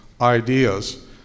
ideas